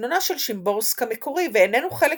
סגנונה של שימבורסקה מקורי ואיננו חלק